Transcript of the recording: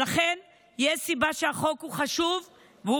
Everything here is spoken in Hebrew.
אז לכן יש סיבה שהחוק הוא חשוב והוא